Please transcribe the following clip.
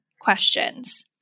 questions